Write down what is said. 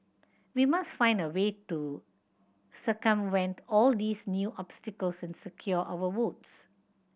we must find a way to circumvent all these new obstacles and secure our votes